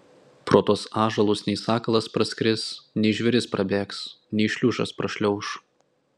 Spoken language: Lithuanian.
pro tuos ąžuolus nei sakalas praskris nei žvėris prabėgs nei šliužas prašliauš